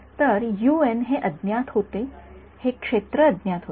तर हे अज्ञात होते हे क्षेत्र अज्ञात होते